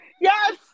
Yes